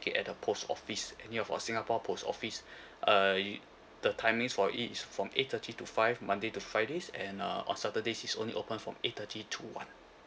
it at the post office any of our singapore post office uh you the timings for each from eight thirty to five monday to fridays and uh on saturdays it's only open from eight thirty to one